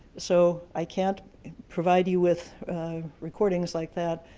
so i can't provide you with recordings like that.